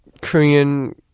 Korean